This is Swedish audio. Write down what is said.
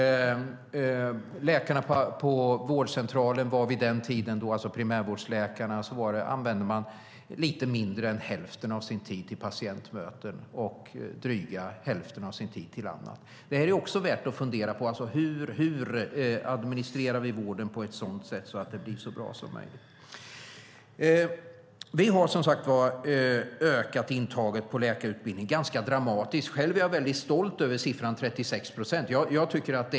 Läkarna på vårdcentralerna, alltså primärvårdsläkarna, använde vid den tiden knappt hälften av sin tid till patientmöten och dryga hälften av tiden till annat. Också det är värt att fundera på. Hur administrerar vi vården på ett sådant sätt att det blir så bra som möjligt? Vi har ökat intaget på läkarutbildningen ganska dramatiskt. Själv är jag väldigt stolt över siffran 36 procent.